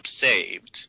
saved